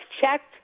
checked